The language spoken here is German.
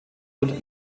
und